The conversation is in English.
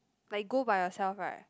like go by yourself right